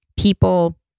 people